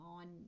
on